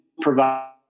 provide